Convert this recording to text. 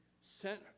sent